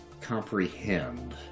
comprehend